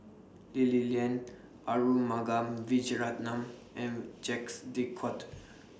Lee Li Lian Arumugam Vijiaratnam and Jacques De Coutre